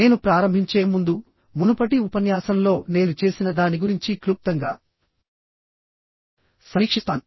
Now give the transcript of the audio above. నేను ప్రారంభించే ముందుమునుపటి ఉపన్యాసంలో నేను చేసిన దాని గురించి క్లుప్తంగా సమీక్షిస్తాను